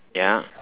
ya